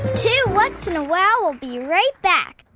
two whats? and a wow! will be right back.